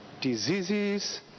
diseases